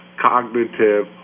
cognitive